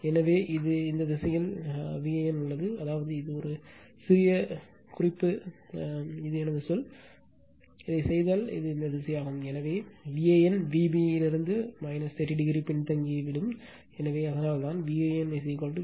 எனவே இது இந்த திசையில் Van உள்ளது அதாவது இது ஒரு குறிப்பு போடுவதைப் போலவே இது என் சொல் இது Van நான் இதைச் செய்தால் இது இந்த திசையாகும் எனவே Van Vb இலிருந்து 30o பின்தங்கிவிடும் எனவே அதனால்தான் Van VL √ 3 ஆங்கிள் 50